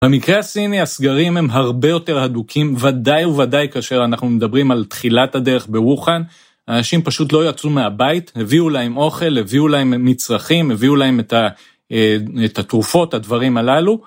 במקרה הסיני הסגרים הם הרבה יותר הדוקים וודאי וודאי כאשר אנחנו מדברים על תחילת הדרך ברוהאן. האנשים פשוט לא יצאו מהבית, הביאו להם אוכל, הביאו להם מצרכים, הביאו להם את התרופות, הדברים הללו.